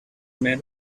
man